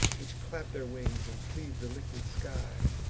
which clap their wings, and cleave the liquid sky,